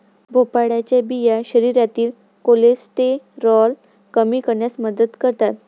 भोपळ्याच्या बिया शरीरातील कोलेस्टेरॉल कमी करण्यास मदत करतात